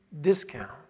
discount